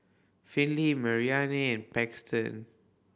Finley Marianne and Paxton